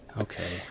Okay